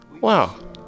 Wow